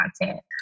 content